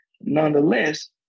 nonetheless